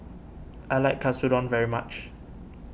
I like Katsudon very much